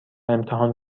امتحان